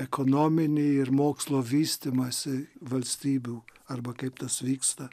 ekonominį ir mokslo vystymąsi valstybių arba kaip tas vyksta